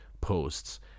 posts